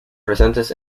presentes